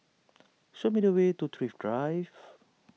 show me the way to Thrift Drive